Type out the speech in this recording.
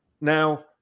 Now